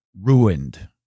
ruined